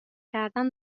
کردن